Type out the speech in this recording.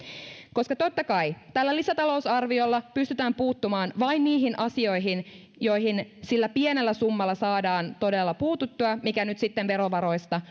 totta kai tällä lisätalousarviolla pystytään puuttumaan vain niihin asioihin joihin sillä pienellä summalla saadaan todella puututtua mikä nyt sitten verovaroista